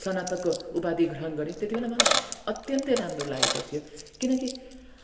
स्नातकको उपाधि ग्रहण गरेँ त्यति बेला मलाई अत्यन्तै राम्रो लागेको थियो किनकि